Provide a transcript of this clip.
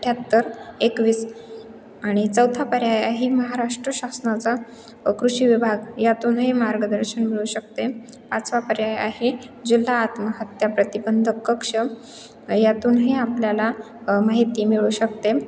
अठ्याहत्तर एकवीस आणि चौथा पर्याय आहे महाराष्ट्र शासनाचा कृषी विभाग यातूनही मार्गदर्शन मिळू शकते पाचवा पर्याय आहे जिल्हा आत्महत्या प्रतिबंध कक्ष यातूनही आपल्याला माहिती मिळू शकते